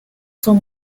son